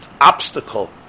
obstacle